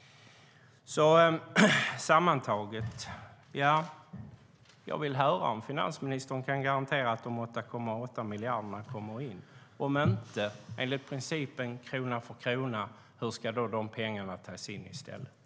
Sammantaget: Jag vill höra om finansministern kan garantera att de 8,8 miljarderna kommer in. Om inte enligt principen krona för krona, hur ska då de pengarna tas in i stället?